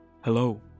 Hello